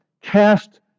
cast